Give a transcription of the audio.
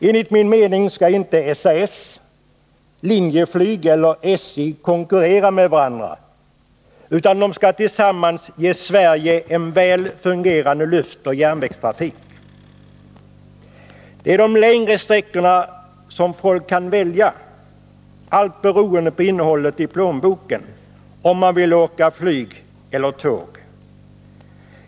Enligt min mening skall inte SAS, Linjeflyg eller SJ konkurrera med varandra, utan de skall tillsammans ge Sverige en väl fungerande luftoch järnvägstrafik. Det är för de längre sträckorna som folk kan välja — allt beroende på innehållet i plånboken — om man vill åka flyg eller tåg.